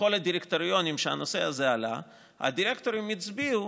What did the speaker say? בכל הדירקטורים שהנושא הזה עלה הדירקטורים הצביעו